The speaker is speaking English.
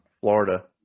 Florida